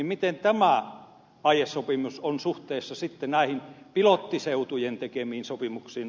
miten tämä aiesopimus on suhteessa näihin pilottiseutujen tekemiin sopimuksiin